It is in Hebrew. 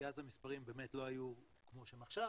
כי אז המספרים באמת לא היו כמו שהם עכשיו,